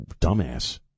dumbass